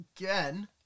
again